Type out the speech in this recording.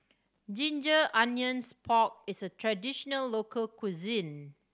ginger onions pork is a traditional local cuisine